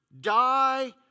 die